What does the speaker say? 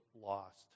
lost